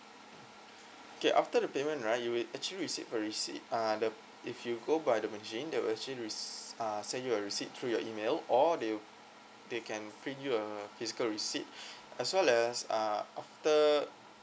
okay after the payment right you will actually receive a receipt uh the if you go by the machine the machine will uh send you a receipt through your email or they they can print you a physical receipt as well as uh after